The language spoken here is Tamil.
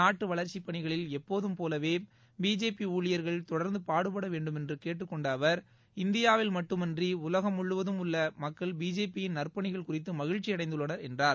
நாட்டு வளர்ச்சிப் பணிகளில் எப்போதும் பேலவே பிஜேபி ஊழியர்கள் தொடர்ந்து பாடுபட வேண்டுமென்று கேட்டுக் கொண்ட அவர் இந்தியாவில் மட்டுமன்றி உலகம் முழுவதும் உள்ள மக்கள் பிஜேபி யின் நற்பணிகள் குறித்து மகிழ்ச்சி அடைந்துள்ளனர் என்றார்